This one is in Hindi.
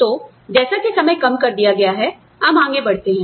तो जैसा कि समय कम कर दिया गया है हम आगे बढ़ते हैं